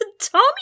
Tommy